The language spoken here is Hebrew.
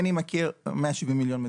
170 מיליון,